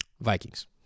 Vikings